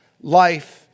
life